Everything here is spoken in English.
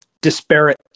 disparate